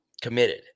committed